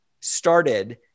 started